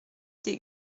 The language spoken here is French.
des